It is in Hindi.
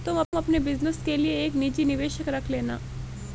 तुम अपने बिज़नस के लिए एक निजी निवेशक रख लेना